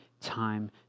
time